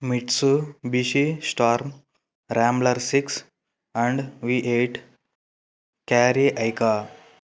Mitsubishi storm rambler six and V eight carry icon